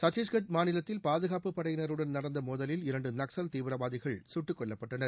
சத்தீஷ்கட் மாநிலத்தில் பாதுகாப்பு படையினருடன் நடந்த மோதலில் இரண்டு நக்சல் தீவிரவாதிகள் சுட்டுக் கொல்லப்பட்டனர்